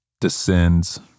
Descends